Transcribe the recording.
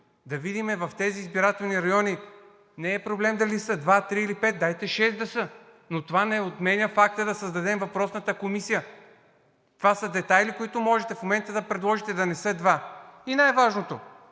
Да видим в избирателните райони. Не е проблем дали са два, три или пет, дайте шест да са, но това не отменя факта да създадем въпросната комисия. Това са детайли, които можете в момента да предложите – да не са два. И най-важното